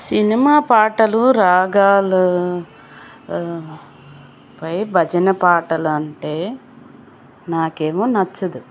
cinema పాటలు రాగాలు పై భజన పాటలు అంటే నాకేమో నచ్చదు